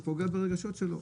אתה פוגע ברגשות שלו.